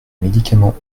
médicaments